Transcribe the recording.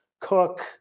Cook